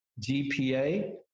GPA